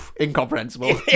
incomprehensible